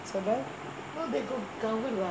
survive